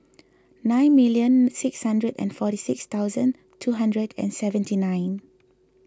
nine million six hundred and forty six thousand two hundred and seventy nine